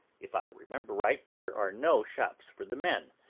if i remember right, there are no shops for the men,